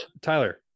Tyler